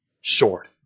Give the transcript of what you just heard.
short